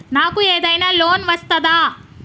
నాకు ఏదైనా లోన్ వస్తదా?